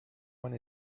want